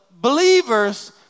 believers